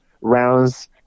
rounds